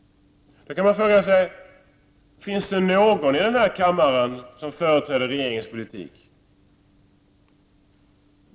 Då kan man fråga sig: Finns det någon i denna kammare som företräder regeringens politik?